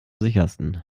sichersten